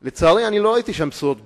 לצערי, לא ראיתי שם בשורות גדולות.